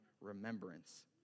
remembrance